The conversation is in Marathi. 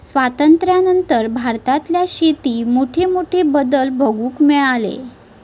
स्वातंत्र्यानंतर भारतातल्या शेतीत मोठमोठे बदल बघूक मिळाले